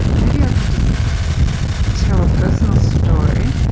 maybe i could just tell a personal story.